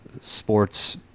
sports